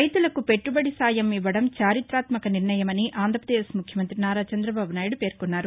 రైతులకు పెట్టుబడి సాయం ఇవ్వడం చారిత్రక నిర్ణయమని ఆంధ్రప్రదేశ్ ముఖ్యమంత్రి నారా చంద్రబాబు నాయుడు పేర్కొన్నారు